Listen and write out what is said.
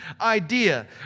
idea